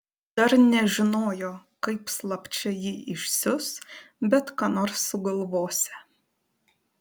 dar nežinojo kaip slapčia jį išsiųs bet ką nors sugalvosią